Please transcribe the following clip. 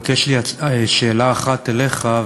רק יש לי שאלה אחת אליך,